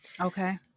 Okay